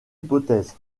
hypothèse